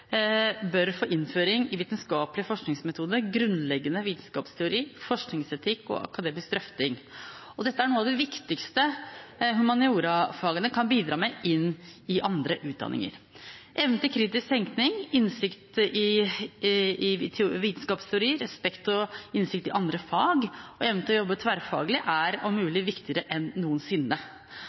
bør få innføring i vitenskapelig forskningsmetode, grunnleggende vitenskapsteori, forskningsetikk og akademisk drøfting. Dette er noe av det viktigste humaniorafagene kan bidra med i andre utdanninger. Evnen til kritisk tenkning, innsikt i vitenskapsteori, respekt for og innsikt i andre fag og evnen til å jobbe tverrfaglig er om mulig viktigere enn noensinne.